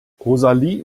rosalie